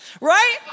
right